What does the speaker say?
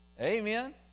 Amen